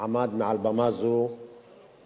עמד מעל במה זו ובישר